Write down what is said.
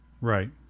Right